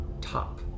top